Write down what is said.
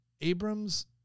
Abram's